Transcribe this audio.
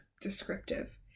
descriptive